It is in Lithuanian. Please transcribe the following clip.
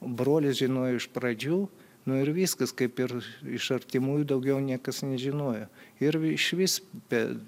brolis žinojo iš pradžių nu ir viskas kaip ir iš artimųjų daugiau niekas nežinojo ir išvis be